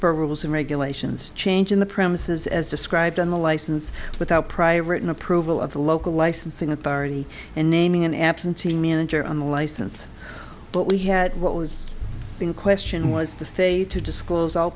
foxborough rules and regulations changing the premises as described in the license without prior written approval of the local licensing authority and naming an absentee manager on the license but we had what was in question was the faith to disclose all